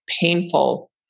painful